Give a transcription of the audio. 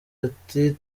ati